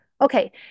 okay